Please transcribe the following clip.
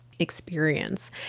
experience